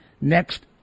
next